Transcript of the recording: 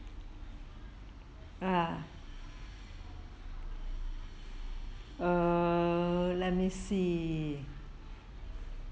uh err let me see